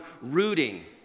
rooting